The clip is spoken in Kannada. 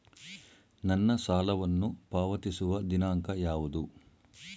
ನನ್ನ ಸಾಲವನ್ನು ಪಾವತಿಸುವ ದಿನಾಂಕ ಯಾವುದು?